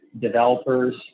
developers